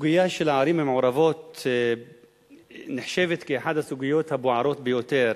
הסוגיה של הערים המעורבות נחשבת לאחת הסוגיות הבוערות ביותר.